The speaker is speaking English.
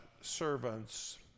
servants